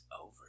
over